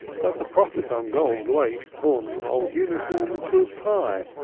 but the profit on gold lace torn from old uniforms was high.